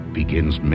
begins